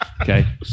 okay